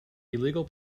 illegal